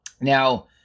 Now